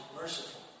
merciful